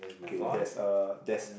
okay there's a desk